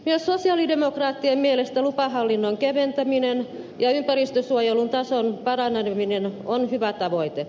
myös sosialidemokraattien mielestä lupahallinnon keventäminen ja ympäristönsuojelun tason paraneminen on hyvä tavoite